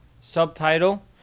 subtitle